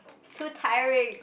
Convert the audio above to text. it's too tiring